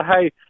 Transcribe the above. hey